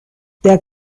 der